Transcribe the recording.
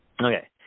Okay